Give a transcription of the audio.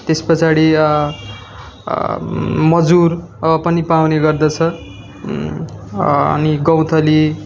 त्यस पछाडि मजुर पनि पाउने गर्दछ अनि गौँथली